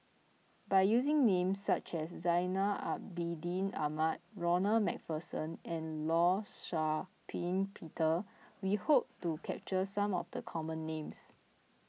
by using names such as Zainal Abidin Ahmad Ronald MacPherson and Law Shau Ping Peter we hope to capture some of the common names